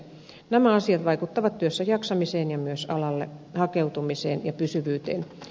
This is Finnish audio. nämä asiat vaikuttavat työssäjaksamiseen ja myös alalle hakeutumiseen ja pysyvyyteen